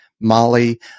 Molly